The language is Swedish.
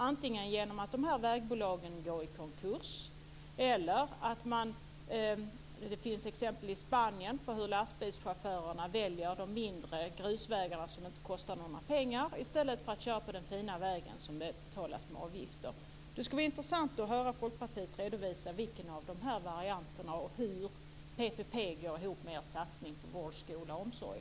Antingen går de här vägbolagen i konkurs, eller också blir det som i Spanien, där lastbilschaufförer väljer mindre grusvägar som inte kostar pengar i stället för att köra på de fina vägarna som betalas med avgifter. Det skulle vara intressant att höra Folkpartiet redovisa vilken av dessa varianter som gäller och hur PPP går ihop med Folkpartiets satsning på vård, skola och omsorg.